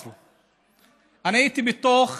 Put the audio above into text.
(אומר בערבית: מי ייתן ואללה ישחרר אותו משביו.) אני הייתי בתוך